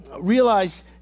Realize